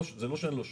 זה לא שאני לא שם,